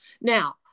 Now-